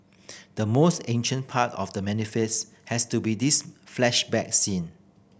the most ancient part of The Manifest has to be this flashback scene